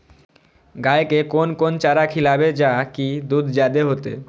गाय के कोन कोन चारा खिलाबे जा की दूध जादे होते?